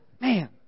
Man